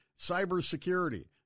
cybersecurity